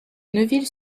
neuville